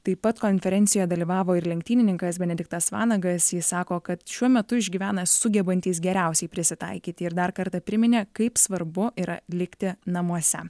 taip pat konferencijoje dalyvavo ir lenktynininkas benediktas vanagas jis sako kad šiuo metu išgyvena sugebantys geriausiai prisitaikyti ir dar kartą priminė kaip svarbu yra likti namuose